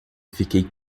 fiquei